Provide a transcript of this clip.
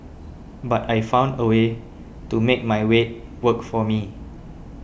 but I found a way to make my weight work for me